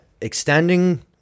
extending